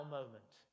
moment